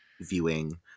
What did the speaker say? viewing